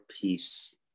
peace